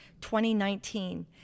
2019